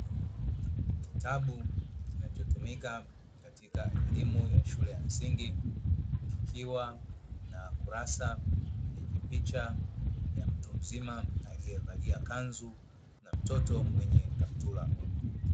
Kitabu kinacho tumika katika elimu ya shule ya msingi, kikiwa na kurasa yenye picha ya mtu mzima aliyevalia kanzu na mtoto mwenye kaptula.